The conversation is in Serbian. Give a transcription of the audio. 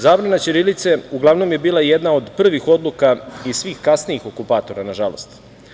Zabrana ćirilice uglavnom je bila jedna od prvih odluka i svih kasnijih okupatora, nažalost.